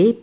A P